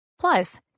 Plus